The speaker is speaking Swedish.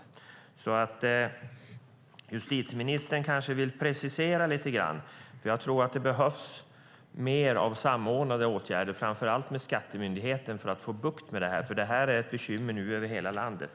Kanske vill justitieministern precisera sig lite grann. Jag tror att det behövs mer av samordnade åtgärder, framför allt med skattemyndigheten, för att få bukt med detta. Det här är nu ett bekymmer i hela landet.